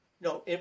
No